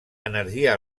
energia